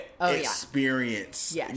experience